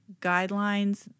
guidelines